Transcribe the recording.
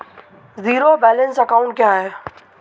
Zero balance account क्या है?